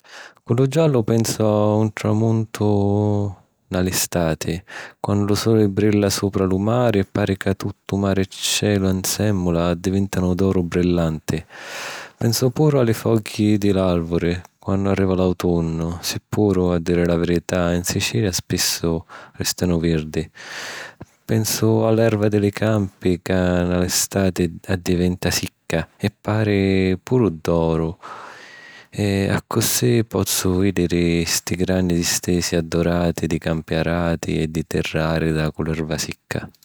Cu lu giallu pensu a un tramuntu nni la stati, quannu lu suli brilla supra lu mari e pari ca tuttu, mari e celu nsèmmula, addivèntanu d’oru brillanti. Pensu puru a li fogghi di l’àrvuli quannu arriva l’autunnu, si puru, a diri la verità, 'n Sicilia spissu rèstanu virdi. Pensu a l’erva di li campi ca nni la stati addiventa sicca e pari puru d’oru, e accussì pozzu vìdiri sti granni distisi addorati di campi arati e di terra àrida cu l’erva sicca.